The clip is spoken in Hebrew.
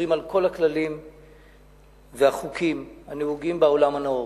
עוברים על כל הכללים והחוקים הנהוגים בעולם הנאור,